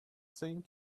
same